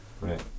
Right